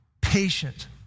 patient